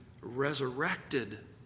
resurrected